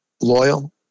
loyal